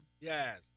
Yes